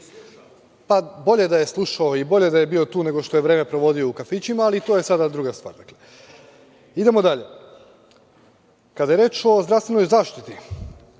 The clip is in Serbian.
Bolje da je slušao i bolje da je bio tu nego što je vreme provodio u kafićima, ali to je sada druga stvar. Idemo dalje. Kada je reč o zdravstvenoj zaštiti